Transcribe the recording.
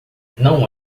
não